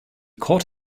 caught